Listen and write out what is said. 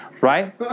right